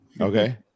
okay